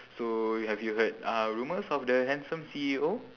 so have you heard uh rumors of the handsome C_E_O